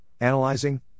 analyzing